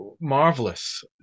marvelous